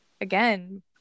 again